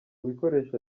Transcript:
bikoresho